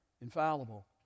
infallible